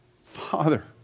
Father